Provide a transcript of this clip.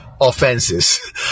offenses